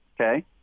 Okay